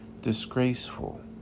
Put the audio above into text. disgraceful